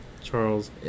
Charles